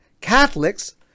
Catholics